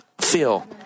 feel